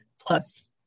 Plus